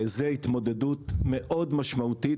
זו התמודדות מאוד משמעותית,